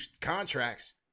contracts